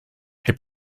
heb